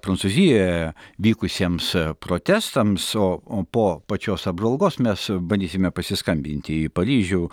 prancūzijoje vykusiems protestams o po pačios apžvalgos mes bandysime pasiskambinti į paryžių